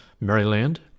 Maryland